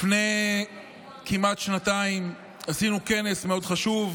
חבריי חברי הכנסת,